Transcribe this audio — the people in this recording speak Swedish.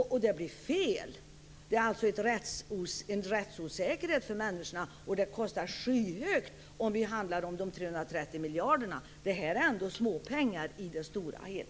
Det blir fel. Det här är alltså en rättsosäkerhet för människor, och det kostar skyhögt mycket när det handlar om de 330 miljarderna. Det här är ändå småpengar i det stora hela.